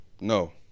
No